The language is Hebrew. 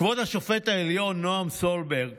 כבוד השופט העליון נעם סולברג,